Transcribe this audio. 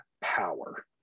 power